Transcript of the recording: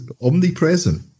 omnipresent